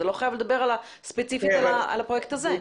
אתה לא חייב לדבר ספציפית על הפרויקט הזה.